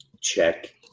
check